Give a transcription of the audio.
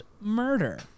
murder